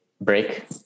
break